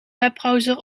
webbrowser